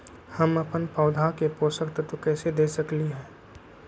हम अपन पौधा के पोषक तत्व कैसे दे सकली ह?